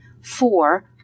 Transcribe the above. Four